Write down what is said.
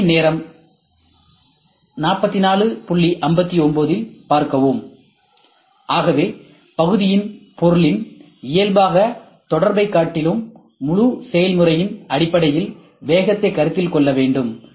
திரையின் நேரம் 44L59 இல் பார்க்கவும் ஆகவே பகுதியின் பொருளின் இயல்பான தொடர்பைக் காட்டிலும் முழு செயல்முறையின் அடிப்படையில் வேகத்தைக் கருத்தில் கொள்ள வேண்டும்